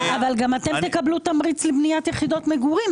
גם אתם תקבלו תמריץ לבניית יחידות מגורים,